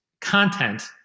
Content